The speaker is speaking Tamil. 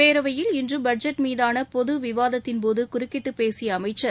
பேரவையில் இன்று பட்ஜெட் மீதான பொது விவாதத்தின் போது குறக்கிட்டு பேசிய அமைச்சர்